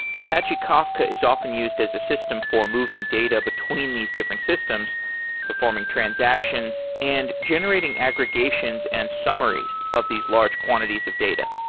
apache kafka is often used as a system for moving data between these different systems performing transactions and generating aggregations and summaries of these large quantities of data.